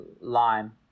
lime